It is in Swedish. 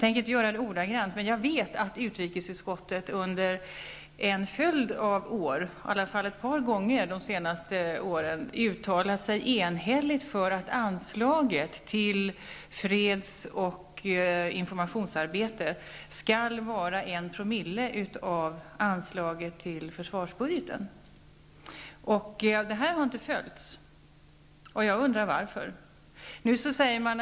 Jag kan inte citera ordagrant, men jag vet att utrikesutskottet under en följd av år -- eller åtminstone ett par gånger under de senaste åren -- enhälligt har uttalat sig för att anslaget till freds och informationsarbete skall utgöra en promille av anslaget till försvarsbudgeten. Denna uppmaning har inte följts, och jag undrar varför.